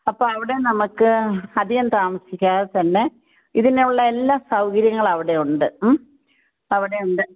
അപ്പം അവിടെ നമുക്ക് അധികം താമസിക്കാതെ തന്നെ ഇതിനുള്ള എല്ലാ സൗകര്യങ്ങളും അവിടെയുണ്ട് മ്മ് അവിടെയുണ്ട്